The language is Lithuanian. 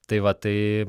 tai va tai